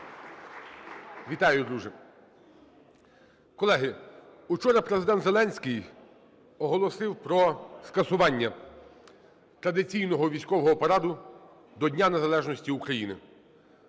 Вітаю, друже! (Оплески) Колеги, вчора Президент Зеленський оголосив про скасування традиційного військового параду до Дня незалежності України.